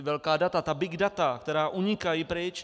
Velká data, big data, která unikají pryč.